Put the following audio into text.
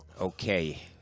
Okay